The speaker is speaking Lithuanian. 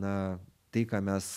na tai ką mes